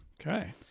Okay